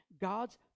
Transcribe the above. God's